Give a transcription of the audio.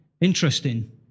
interesting